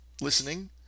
listening